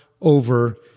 over